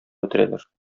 бетерәләр